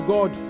God